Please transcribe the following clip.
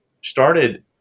started